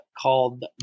called